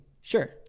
Sure